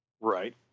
Right